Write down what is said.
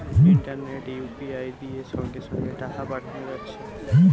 ইন্টারনেটে ইউ.পি.আই দিয়ে সঙ্গে সঙ্গে টাকা পাঠানা যাচ্ছে